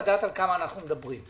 לדעת על כמה אנחנו מדברים.